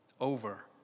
over